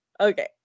Okay